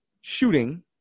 shooting